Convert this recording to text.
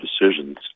decisions